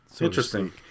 Interesting